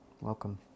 Welcome